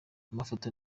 amafoto